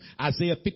Isaiah